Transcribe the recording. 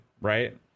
right